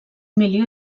milió